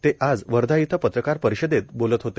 ते आज वर्धा इथं पत्रकार परिषदेत बोलत होते